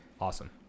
awesome